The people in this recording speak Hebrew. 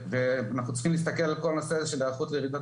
ואנחנו צריכים להסתכל על כל הנושא הזה של היערכות לרעידות